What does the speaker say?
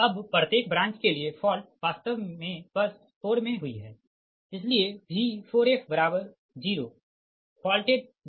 अब प्रत्येक ब्रांच के लिए फॉल्ट वास्तव मे बस 4 मे हुई है